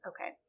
Okay